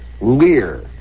Lear